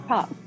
Pop